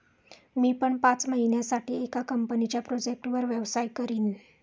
मी पण पाच महिन्यासाठी एका कंपनीच्या प्रोजेक्टवर व्यवसाय करीन